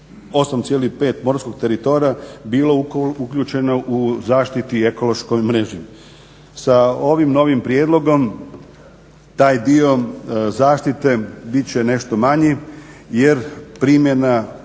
38,5 morskog teritorija bilo uključeno u zaštiti ekološkoj mreži. Sa ovim novim prijedlogom taj dio zaštite bit će nešto manji jer primjena